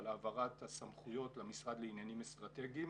על העברת הסמכויות למשרד לעניינים אסטרטגיים.